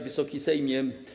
Wysoki Sejmie!